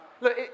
Look